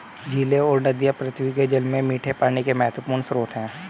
झीलें और नदियाँ पृथ्वी के जल में मीठे पानी के महत्वपूर्ण स्रोत हैं